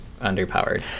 underpowered